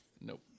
Nope